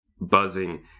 buzzing